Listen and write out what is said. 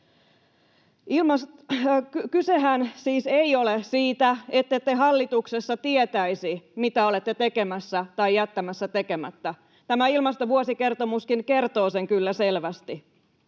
Kysehän siis ei ole siitä, ettette hallituksessa tietäisi, mitä olette tekemässä tai jättämässä tekemättä, tämä ilmastovuosikertomuskin kertoo sen kyllä selvästi.